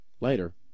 later